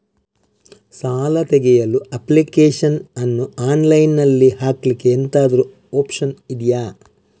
ಸಾಲ ತೆಗಿಯಲು ಅಪ್ಲಿಕೇಶನ್ ಅನ್ನು ಆನ್ಲೈನ್ ಅಲ್ಲಿ ಹಾಕ್ಲಿಕ್ಕೆ ಎಂತಾದ್ರೂ ಒಪ್ಶನ್ ಇದ್ಯಾ?